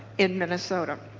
in minnesota.